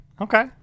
Okay